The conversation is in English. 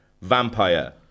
Vampire